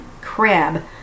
crab